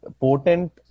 potent